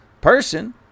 person